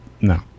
no